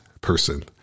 person